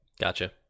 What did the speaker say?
Gotcha